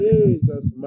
Jesus